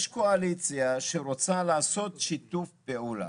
יש קואליציה שרוצה לעשות שיתוף פעולה.